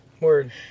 Word